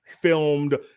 filmed